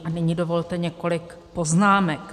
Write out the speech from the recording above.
A nyní dovolte několik poznámek.